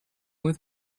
with